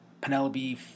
Penelope